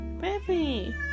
Baby